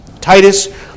Titus